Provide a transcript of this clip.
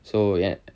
so ya